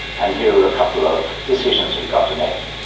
and here are a couple of decisions we've got to make.